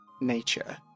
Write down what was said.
nature